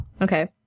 Okay